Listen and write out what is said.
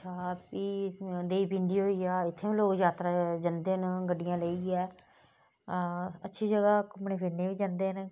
भी देबी पिंडी होई गेआ इत्थै बी लोक यात्रा जंदे न गड्डियां लेइयै हां अच्छी जगह् घूमने फिरने गी बी जंदे न